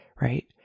right